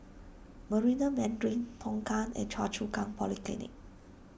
Marina Mandarin Tongkang and Choa Chu Kang Polyclinic